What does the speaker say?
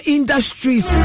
Industries